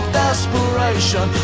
desperation